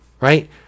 right